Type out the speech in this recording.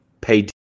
pay